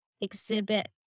exhibit